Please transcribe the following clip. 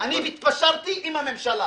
אני התפשרתי עם הממשלה